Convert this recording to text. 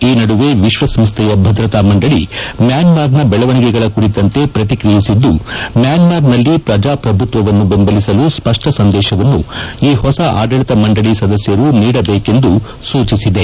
ಈ ನಡುವೆ ವಿಶ್ವ ಸಂಸ್ಥೆಯ ಭದ್ರತಾ ಮಂಡಳಿ ಮ್ಯಾನ್ಮಾರ್ನ ಬೆಳವಣಿಗೆಗಳ ಕುರಿತಂತೆ ಪ್ರತಿಕ್ರಿಯಿಸಿದ್ದು ಮ್ಯಾನ್ಮಾರ್ನಲ್ಲಿ ಪ್ರಜಾಪ್ರಭುತ್ವವನ್ನು ಬೆಂಬಲಿಸಲು ಸ್ಪಷ್ಟ ಸಂದೇಶವನ್ನು ಈ ಹೊಸ ಆದಳಿತ ಮಂಡಳಿ ಸದಸ್ಯರು ನೀಡಬೇಕೆಂದು ಸೂಚಿಸಿದೆ